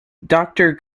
doctor